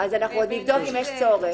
אז אנחנו עוד נבדוק אם יש צורך.